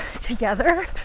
together